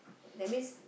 that means